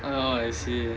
oh I see